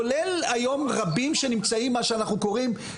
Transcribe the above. כולל היום רבים שנמצאים מה שאנחנו קוראים,